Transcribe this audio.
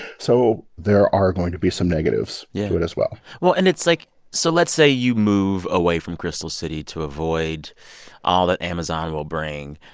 so there are going to be some negatives yeah. to it as well well, and it's like so let's say you move away from crystal city to avoid all that amazon will bring.